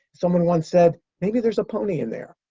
someone once said, maybe there's a pony in there.